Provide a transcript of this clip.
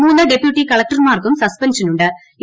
മൂന്ന് ഡെപ്യൂട്ടി കളക്ടർമാർക്കും സസ്പെൻഷൻ ഉ്